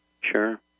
Sure